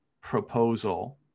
proposal